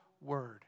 Word